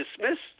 dismissed